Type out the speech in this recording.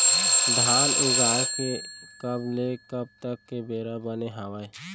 धान उगाए के कब ले कब तक के बेरा बने हावय?